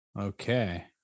Okay